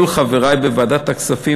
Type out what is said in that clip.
כל חברי בוועדת הכספים,